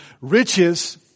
riches